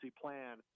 plan